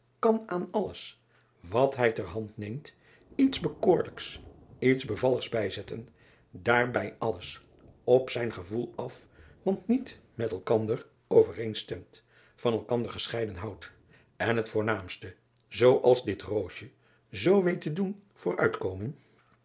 kan aan alles wat hij ter hand neemt iets bekoorlijks iets bevalligs bijzetten daar bij alles op zijn gevoel af wat niet met elkander overeenstemt van elkander gescheiden houdt en het voornaamste zoo als dit roosje zoo weet te doen